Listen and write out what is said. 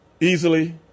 easily